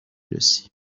رسی